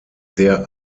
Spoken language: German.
der